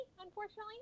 Unfortunately